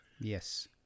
Yes